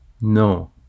No